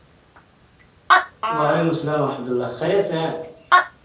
وعلیکم السّلام وحمتہ اللہ خیریت سے ہیں